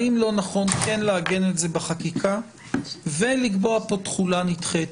האם לא נכון כן לעגן את זה בחקיקה ולקבוע פה תחולה נדחית.